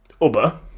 Uber